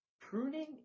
Pruning